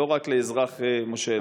לא רק לאזרח משה אלעד.